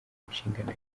nshingano